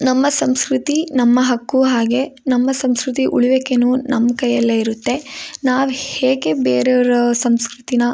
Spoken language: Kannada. ನಮ್ಮ ಸಂಸ್ಕೃತಿ ನಮ್ಮ ಹಕ್ಕು ಹಾಗೆ ನಮ್ಮ ಸಂಸ್ಕೃತಿ ಉಳಿವಿಕೆಯೂ ನಮ್ಮ ಕೈಯಲ್ಲೇ ಇರುತ್ತೆ ನಾವು ಹೇಗೆ ಬೇರೆಯವ್ರ ಸಂಸ್ಕೃತಿನ